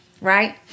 right